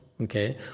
okay